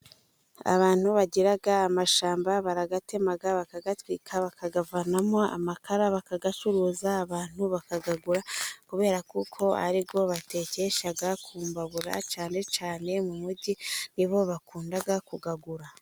Abantu bagira amashamba barayatema, bakayatwika bakavanamo amakara, bakasuhuza abantu bakayagura kubera kuko ari bwo batekesha kumbabura cyane cyane cyane mu mugi nibo bakunda kuyagura.